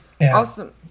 Awesome